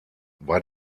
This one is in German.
war